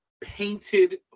painted